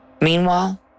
Meanwhile